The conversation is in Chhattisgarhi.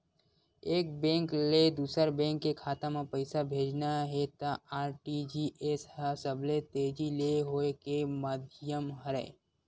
एक बेंक ले दूसर बेंक के खाता म पइसा भेजना हे त आर.टी.जी.एस ह सबले तेजी ले होए के माधियम हरय